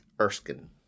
Erskine